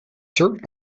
served